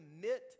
commit